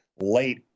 late